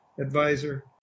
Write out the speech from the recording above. advisor